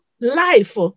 life